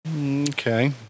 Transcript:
Okay